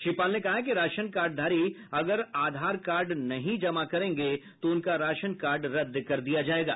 श्री पाल ने कहा कि राशन कार्डधारी अगर आधार कार्ड नहीं जमा करेंगे तो उनका राशन कार्ड रद्द कर दिया जायेगा